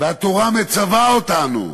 והתורה מצווה אותנו: